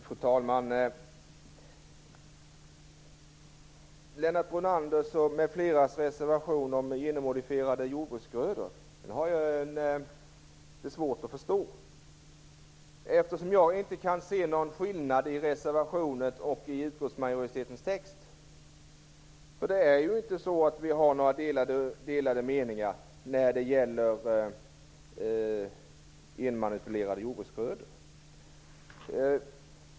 Fru talman! Lennart Brunanders m.fl. reservation om genmodifierade jordbruksgrödor har jag svårt att förstå, eftersom jag inte kan se någon skillnad mellan reservationen och utskottsmajoritetens text. Vi har inte delade meningar när det gäller genmanipulerade jordbruksgrödor.